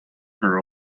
her